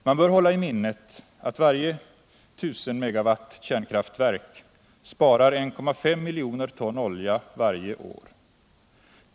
Man bör hålla i minnet, att varje I 000 MW kärnkraftverk sparar 1,5 miljoner ton olja varje år.